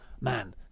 man